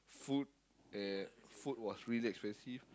food and food was really expensive